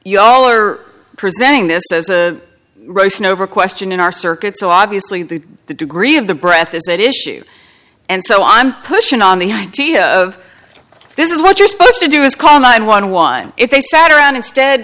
you all are presenting this as a russian over question in our circuit so obviously the degree of the breath is that issue and so i'm pushing on the idea of this is what you're supposed to do is call nine one one if they sat around instead